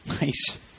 Nice